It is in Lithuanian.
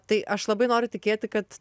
tai aš labai noriu tikėti kad